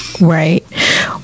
Right